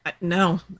No